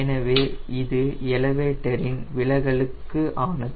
எனவே இது எலவேட்டரின் விலகலுக்கானது